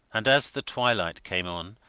and as the twilight came on,